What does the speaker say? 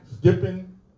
dipping